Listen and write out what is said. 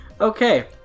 Okay